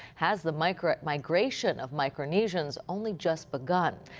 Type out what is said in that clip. has the migration migration of micronesians only just begun?